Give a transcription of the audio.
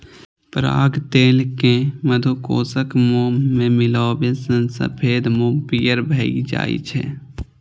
पराग तेल कें मधुकोशक मोम मे मिलाबै सं सफेद मोम पीयर भए जाइ छै